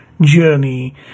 journey